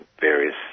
various